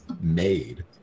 made